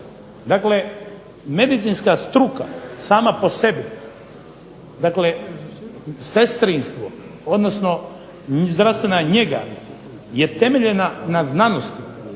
Dakle, medicinska struka sama po sebi dakle sestrinstvo, odnosno zdravstvena njega je temeljena na znanosti